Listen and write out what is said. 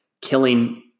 killing